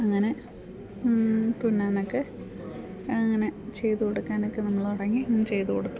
അങ്ങനെ തുന്നാനൊക്കെ അങ്ങനെ ചെയ്തു കൊടുക്കാനൊക്കെ നമ്മൾ തുടങ്ങി ചെയ്തു കൊടുത്തു